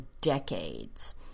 decades